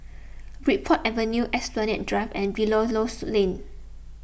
Bridport Avenue Esplanade Drive and Belilios Lane